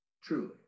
truly